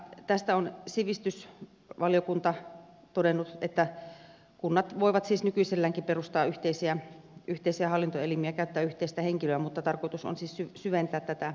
tästä on sivistysvaliokunta todennut että kunnat voivat siis nykyiselläänkin perustaa yhteisiä hallintoelimiä käyttää yhteistä henkilöä mutta tarkoitus on siis syventää tätä yhteistyötä